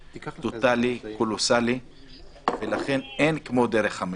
טוטלי קולוסאלי ולכן אין כמו דרך המלך.